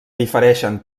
difereixen